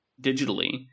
digitally